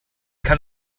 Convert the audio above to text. kann